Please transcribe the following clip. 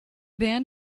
band